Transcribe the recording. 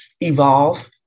evolve